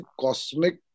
cosmic